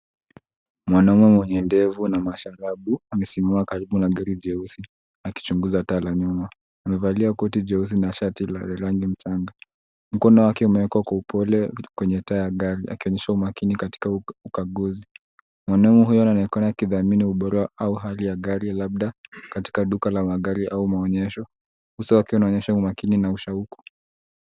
Mwanaume mwenye ndevu na masharabu amesimama karibu na gari jeusi akichunguza taa la nyuma, amevalia koti jeusi na shati la rangi mchanga mkono wake umewekwa kwa upole kwenye taa ya gari akionyesha umakini katika ukaguzi ,mwanaume huyo anaonekana akidhamini ubora wao au hali ya gari labda katika duka la magari au maonyesho uso wake unaonyesha umakini na ushauku.